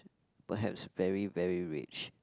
perhaps very very rich